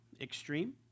extreme